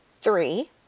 three